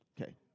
Okay